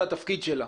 זה התפקיד שלה.